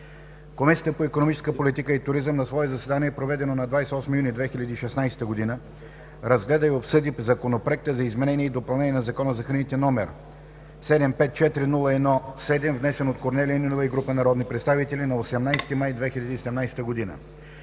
Комисията по икономическа политика и туризъм на свое заседание, проведено на 28 юни 2017 г., разгледа и обсъди Законопроекта за изменение и допълнение на Закона за храните, № 754-01-7, внесен от Корнелия Нинова и група народни представители на 18 май 2017 г.